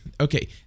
okay